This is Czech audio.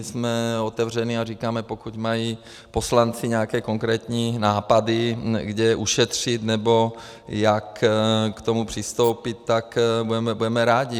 Jsme otevření a říkáme, pokud mají poslanci nějaké konkrétní nápady, kde ušetřit nebo jak k tomu přistoupit, tak budeme rádi.